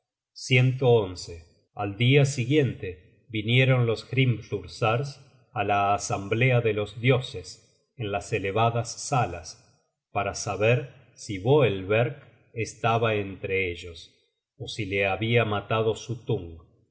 al dia siguiente vinieron los hrimthursars á la asamblea de los dioses en las elevadas salas para saber si boelverck estaba entre ellos ó si le habia matado suttung